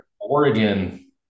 Oregon